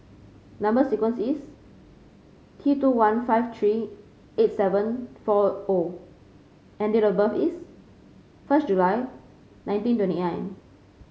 number sequence is T two one five three eight seven four O and date of birth is first July nineteen twenty nine